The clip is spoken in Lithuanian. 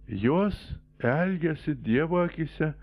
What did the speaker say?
jos elgiasi dievo akyse